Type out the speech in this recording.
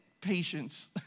patience